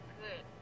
good